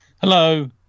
Hello